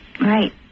Right